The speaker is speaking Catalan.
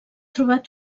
trobat